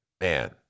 Man